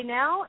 now